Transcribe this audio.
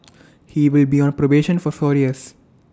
he will be on probation for four years